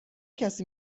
کسی